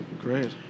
great